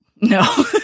No